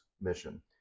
mission